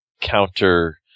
counter